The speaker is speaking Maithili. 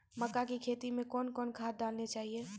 मक्का के खेती मे कौन कौन खाद डालने चाहिए?